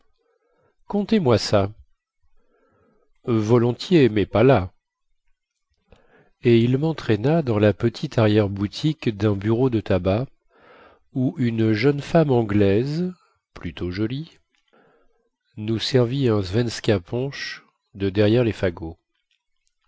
contez-moi ça volontiers mais pas là et il mentraîna dans la petite arrière-boutique dun bureau de tabac où une jeune femme anglaise plutôt jolie nous servit un swenskapunch de derrière les fagots